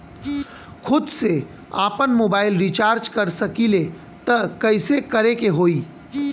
खुद से आपनमोबाइल रीचार्ज कर सकिले त कइसे करे के होई?